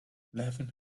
laughing